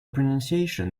pronunciation